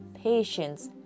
patience